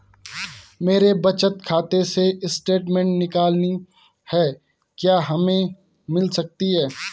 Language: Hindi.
मेरे बचत खाते से स्टेटमेंट निकालनी है क्या हमें मिल सकती है?